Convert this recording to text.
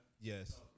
Yes